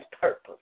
purpose